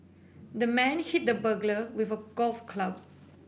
the man hit the burglar with a golf club